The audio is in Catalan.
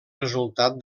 resultat